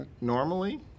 Normally